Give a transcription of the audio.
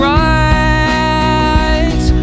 right